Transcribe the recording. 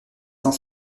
cent